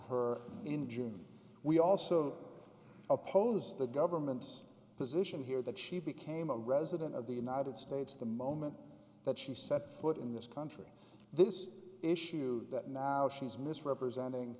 her in june we also oppose the government's position here that she became a resident of the united states the moment that she set foot in this country this issue that now she is misrepresenting